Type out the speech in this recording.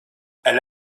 elle